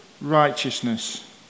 righteousness